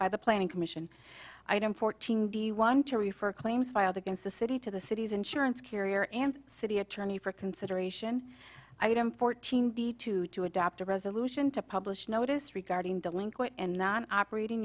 by the planning commission i don't fourteen do you want to refer claims filed against the city to the city's insurance carrier and city attorney for consideration item fourteen the two to adopt a resolution to publish notice regarding delinquent and not operating